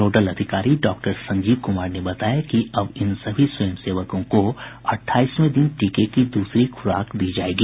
nodal अधिकारी doctor Sanjeev Kumar ने बताया कि अब इन सभी स्वयं सेवकों को अट्ठाईसवें दिन टीके की दूसरी खुराक दी जायेगी